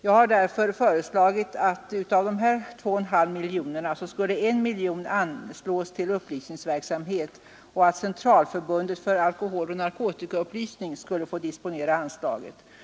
Jag har därför föreslagit att av dessa 2,5 miljoner kronor skulle 1 miljon anslås till upplysningsverksamhet och att Centralförbundet för Nr 54 alkoholoch narkotikaupplysning skulle få disponera anslaget. Jag har pp!